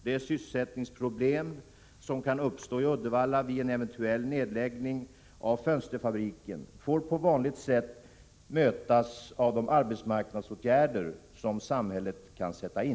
De sysselsättningsproblem som kan uppstå i Uddevalla vid en eventuell nedläggning av fönsterfabriken får på vanligt sätt mötas med de arbetsmarknadsåtgärder som samhället kan sätta in.